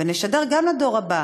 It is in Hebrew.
ונשדר גם לדור הבא